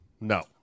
no